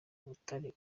butare